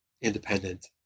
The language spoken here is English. independent